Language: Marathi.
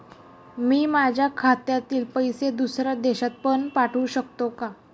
मी माझ्या खात्यातील पैसे दुसऱ्या देशात पण पाठवू शकतो का?